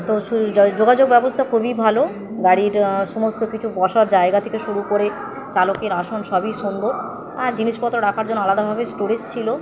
তো শু যোগাযোগ ব্যবস্থা খুবই ভালো গাড়ির সমস্ত কিছু বসার জায়গা থেকে শুরু করে চালকের আসন সবই সুন্দর আর জিনিসপত্র রাখার জন্য আলাদাভাবে স্টোরেজ ছিলো